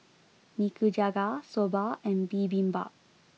Nikujaga Soba and Bibimbap